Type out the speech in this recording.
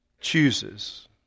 chooses